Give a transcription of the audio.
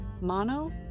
Mono